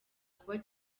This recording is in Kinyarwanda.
kuba